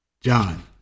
John